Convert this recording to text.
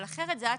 אבל אחרת זה עד